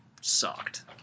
sucked